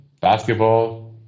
basketball